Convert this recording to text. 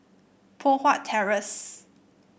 Poh Huat Terrace